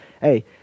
hey